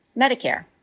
Medicare